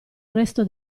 resto